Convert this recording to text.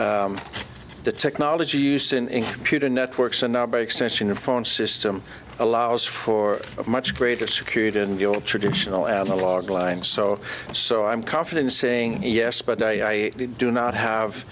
the technology used in computer networks and not by extension of phone system allows for much greater security in the old traditional analog lines so so i'm confident saying yes but i do not